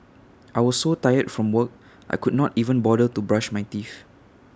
I was so tired from work I could not even bother to brush my teeth